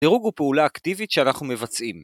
דירוג הוא פעולה אקטיבית שאנחנו מבצעים.